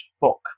book